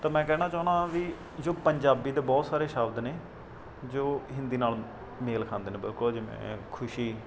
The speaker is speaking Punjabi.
ਤਾਂ ਮੈਂ ਕਹਿਣਾ ਚਾਹੁੰਦਾ ਵੀ ਜੋ ਪੰਜਾਬੀ ਦੇ ਬਹੁਤ ਸਾਰੇ ਸ਼ਬਦ ਨੇ ਜੋ ਹਿੰਦੀ ਨਾਲ ਮੇਲ ਖਾਂਦੇ ਨੇ ਬਿਲਕੁਲ ਜਿਵੇਂ ਖੁਸ਼ੀ